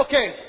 Okay